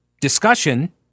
discussion